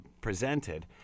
presented